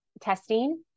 testing